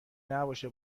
نباشه